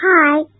Hi